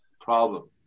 problem